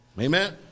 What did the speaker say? Amen